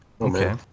Okay